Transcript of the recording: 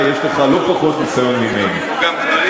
הפעם החוק